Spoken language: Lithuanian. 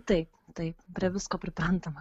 taip taip prie visko priprantama